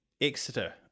Exeter